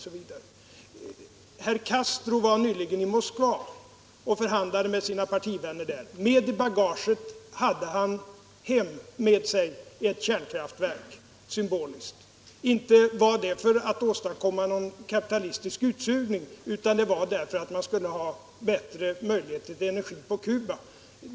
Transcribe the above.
Herr Castro var nyligen i Moskva och förhandlade med sina partivänner där. Med sig hem i bagaget hade han, symboliskt uttryckt, ett kärnkraftverk. Inte var det för att åstadkomma någon kapitalistisk utsugning, utan det var för att man skulle ha bättre möjligheter att använda energi på Cuba.